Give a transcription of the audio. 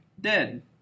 dead